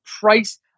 price